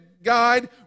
guide